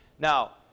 Now